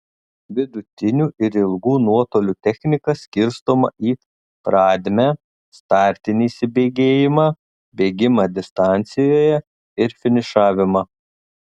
vidutinių ir ilgų nuotolių technika skirstoma į pradmę startinį įsibėgėjimą bėgimą distancijoje ir finišavimą